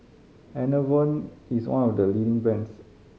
Enervon is one of the leading brands